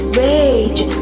rage